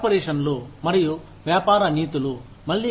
కార్పొరేషన్లు మరియు వ్యాపార నీతులు మళ్లీ